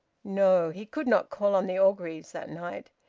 no! he could not call on the orgreaves that night.